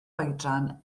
oedran